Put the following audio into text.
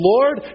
Lord